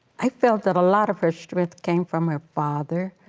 i felt that a lot of her strength came from her father,